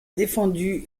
défendu